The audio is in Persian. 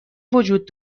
وجود